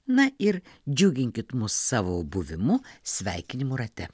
na ir džiuginkit mus savo buvimu sveikinimų rate